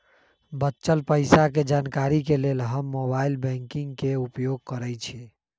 बच्चल पइसा के जानकारी के लेल हम मोबाइल बैंकिंग के उपयोग करइछि